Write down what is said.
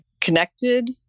connected